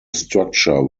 structure